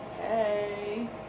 Hey